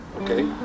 Okay